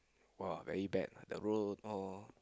!woah! very bad the roll all